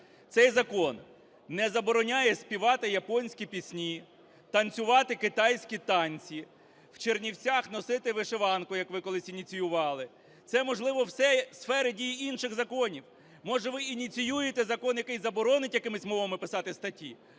Цей закон не забороняє співати японські пісні, танцювати китайські танці, в Чернівцях носити вишиванку, як ви колись ініціювали. Це, можливо, все сфери дії інших законів. Може, ви ініціюєте закон, який заборонить якимись мовами писати статті,